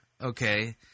Okay